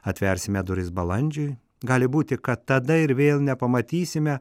atversime duris balandžiui gali būti kad tada ir vėl nepamatysime